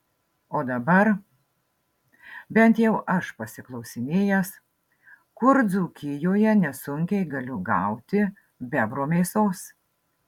o dabar bent jau aš pasiklausinėjęs kur dzūkijoje nesunkiai galiu gauti bebro mėsos